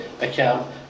account